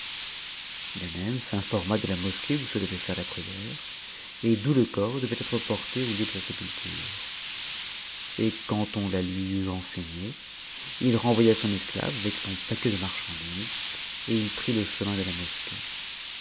ganem s'informa de la mosquée où se devait faire la prière et d'où le corps devait être porté au lieu de sa sépulture et quand on la lui eut enseignée il renvoya son esclave avec son paquet de marchandises et il prit le chemin de la mosquée